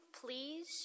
please